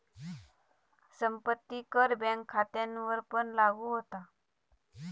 संपत्ती कर बँक खात्यांवरपण लागू होता